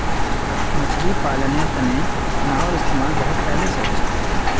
मछली पालानेर तने नाओर इस्तेमाल बहुत पहले से होचे